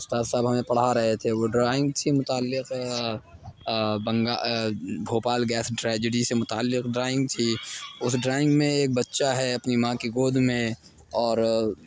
استاذ صاحب ہمیں پڑھا رہے تھے وہ ڈرائنگ سے متعلق بنگال بھوپال گیس ٹریجڈی سے متعلق ڈرائنگ تھی اس ڈرائنگ میں ایک بچہ ہے اپنی ماں کی گود میں اور